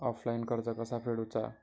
Offline कर्ज कसा फेडूचा?